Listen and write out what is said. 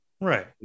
Right